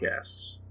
podcasts